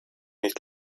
nicht